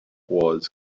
was